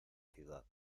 ciudad